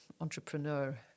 entrepreneur